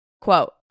quote